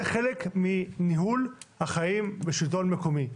זה חלק מניהול החיים בשלטון מקומי.